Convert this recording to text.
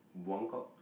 Buangkok